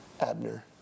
Abner